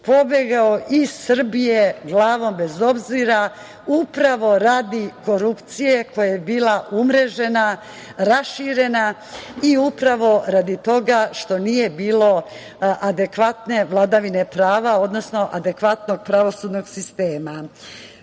pobegao iz Srbije glavom bez obzira upravo radi korupcije koja je bila umrežena, raširena i upravo radi toga što nije bilo adekvatne vladavine prava, odnosno adekvatnog pravosudnog sistema. Ono